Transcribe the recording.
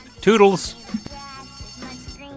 toodles